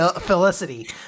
Felicity